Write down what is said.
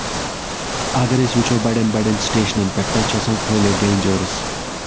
اَگر أسۍ وٕچھو بڑین بڑین سِٹیشنن پٮ۪ٹھ تَتہِ چھِ آسان خٲلی ڈینجٲرٕس